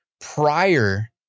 prior